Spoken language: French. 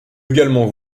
également